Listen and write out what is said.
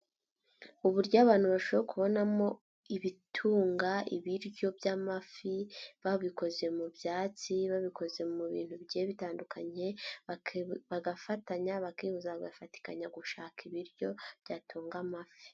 Uburyo abantu barushobora kubonamo ibitunga ibiryo by'amafi babikoze mu byatsi babikoze mu bintu bigiye bitandukanye, bagafatanya, bakibuza bagafatikanya gushaka ibiryo, byatunga amafi.